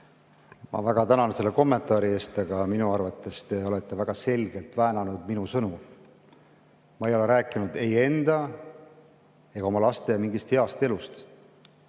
Ma väga tänan selle kommentaari eest, aga minu arvates te olete väga selgelt minu sõnu väänanud. Ma ei ole rääkinud ei enda ega oma laste mingist heast elust.